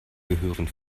gehören